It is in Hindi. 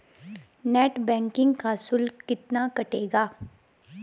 नेट बैंकिंग का शुल्क कितना कटेगा?